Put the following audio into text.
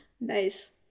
Nice